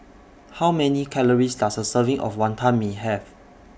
How Many Calories Does A Serving of Wantan Mee Have